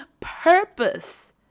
purpose